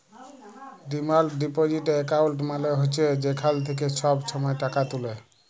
demand deposit account মালে হছে যেখাল থ্যাইকে ছব ছময় টাকা তুলে